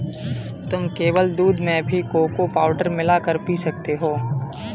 तुम केवल दूध में भी कोको पाउडर मिला कर पी सकते हो